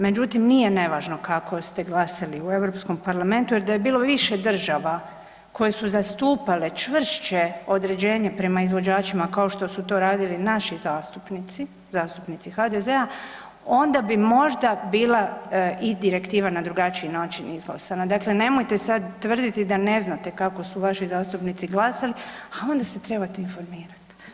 Međutim, nije nevažno kako ste glasali u Europskom parlamentu jer da je bilo više država koje su zastupale čvršće određenje prema izvođačima, kao što su to radili naši zastupnici, zastupnici HDZ-a, onda bi možda bila i direktiva na drugačiji način izglasana, dakle nemojte sad tvrditi da ne znate kako su vaši zastupnici glasali, a onda se trebate informirat.